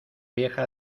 vieja